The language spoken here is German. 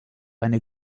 eine